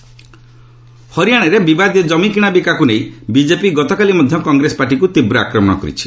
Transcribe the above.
BJP Congress ହରିଆଣାରେ ବିମାଦୀୟ କମି କିଣା ବିକାକୁ ନେଇ ବିଜେପି ଗତକାଲି ମଧ୍ୟ କଂଗ୍ରେସ ପାର୍ଟିକୁ ତୀବ୍ର ଆକ୍ରମଣ କରିଛି